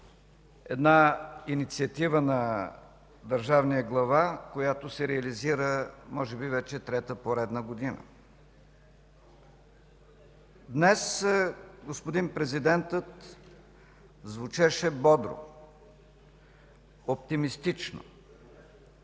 една инициатива на държавния глава, която се реализира може би вече трета поредна година. Днес господин президентът звучеше бодро, оптимистично.